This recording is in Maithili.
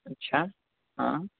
अच्छा हँ